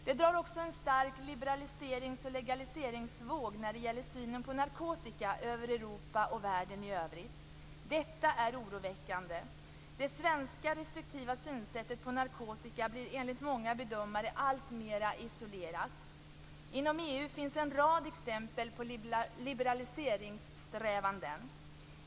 Det drar en stark liberaliserings och legaliseringsvåg över Europa och världen i övrigt när det gäller synen på narkotika. Deetta är oroväckande. Det svenska restriktiva sättet att se på narkotika blir enligt många bedömare alltmera isolerat. Inom EU finns en rad exempel på liberaliseringssträvanden.